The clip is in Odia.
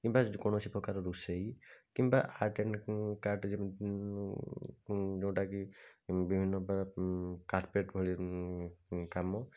କିମ୍ବା ଯେକୌଣସି ପ୍ରକାର ରୋଷେଇ କିମ୍ବା ଆର୍ଟ୍ ଆଣ୍ଡ୍ କାର୍ଟ୍ ଯେ ଯୋଉଟା କି ବିଭିନ୍ନ ପ୍ରକାର କାର୍ପେଟ୍ ଭଳି କାମ